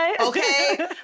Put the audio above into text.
Okay